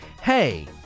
hey